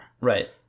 right